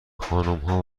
خانمها